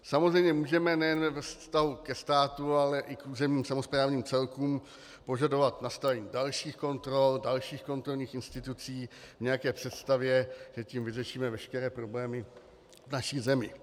Samozřejmě můžeme nejen ve vztahu ke státu, ale i k územním samosprávným celkům požadovat nastavení dalších kontrol, dalších kontrolních institucí v nějaké představě, že tím vyřešíme veškeré problémy v naší zemi.